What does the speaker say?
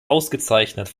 ausgezeichnet